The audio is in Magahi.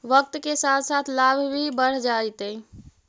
वक्त के साथ साथ लाभ भी बढ़ जतइ